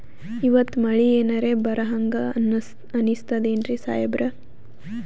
ಇವತ್ತ ಮಳಿ ಎನರೆ ಬರಹಂಗ ಅನಿಸ್ತದೆನ್ರಿ ಸಾಹೇಬರ?